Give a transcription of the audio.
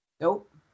Nope